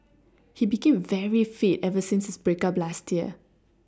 he became very fit ever since his break up last year